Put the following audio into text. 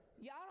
y'all